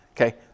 Okay